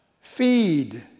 Feed